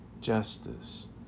justice